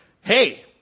hey